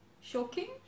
Shocking